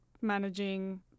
managing